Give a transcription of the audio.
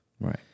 right